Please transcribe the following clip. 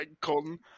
colton